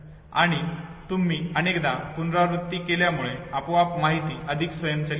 आणि तुम्ही अनेकदा पुनरावृत्ती केल्यामुळे आपोआप माहिती अधिक स्वयंचलित होते